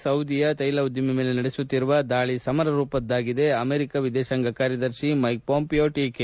ಸೌದಿಯ ತೈಲ ಉದ್ದಿಮೆ ಮೇಲೆ ನಡೆಸುತ್ತಿರುವ ದಾಳಿ ಸಮರ ರೂಪದ್ದಾಗಿದೆ ಅಮೆರಿಕ ವಿದೇಶಾಂಗ ಕಾರ್ಯದರ್ಶಿ ಮೈಕ್ ಪೋಂಪಿಯೊ ಟೀಕೆ